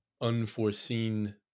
unforeseen